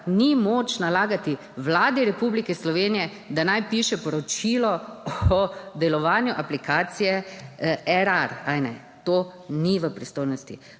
ni moč nalagati Vladi Republike Slovenije, da naj piše poročilo o delovanju aplikacije Erar, ali ne. To ni v pristojnosti